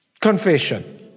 confession